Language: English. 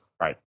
Right